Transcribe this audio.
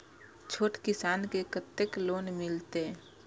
छोट किसान के कतेक लोन मिलते?